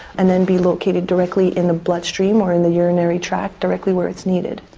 and then be located directly in the bloodstream or in the urinary tract, directly where it's needed.